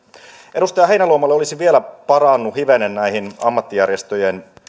edustaja heinäluomalle olisin vielä palannut hivenen ammattijärjestöjen